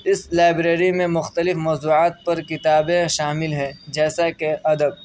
اس library میں مختلف موضوعات پر کتابیں شامل ہیں جیسا کہ ادب